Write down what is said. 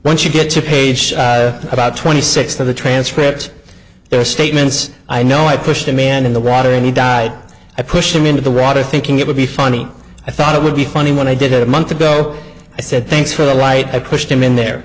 once you get to page about twenty six of the transcript there are statements i know i pushed a man in the water and he died i pushed him into the water thinking it would be funny i thought it would be funny when i did it a month ago i said thanks for the write i pushed him in the